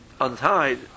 untied